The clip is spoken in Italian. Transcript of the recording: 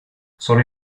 sono